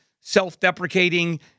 self-deprecating